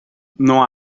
não